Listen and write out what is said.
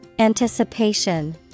Anticipation